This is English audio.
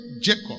Jacob